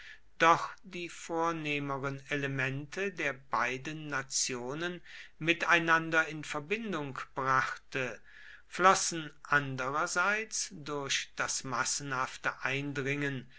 doch die vornehmeren elemente der beiden nationen miteinander in verbindung brachte flossen andererseits durch das massenhafte eindringen